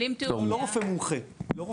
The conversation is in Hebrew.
זה לא רופא מומחה.